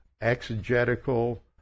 exegetical